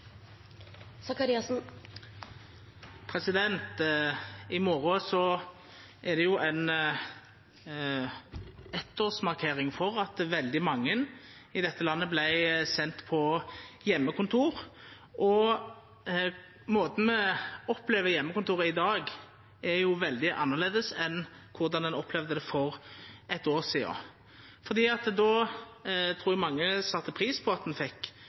det ei eittårsmarkering av at veldig mange i dette landet vart sende på heimekontor. Måten me opplever heimekontor på i dag, er veldig annleis enn korleis me opplevde det for eitt år sidan. Då trur eg mange sette pris på at me fekk